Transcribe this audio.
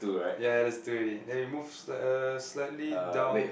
yea yea let's do it already then we move uh slightly down